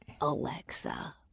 Alexa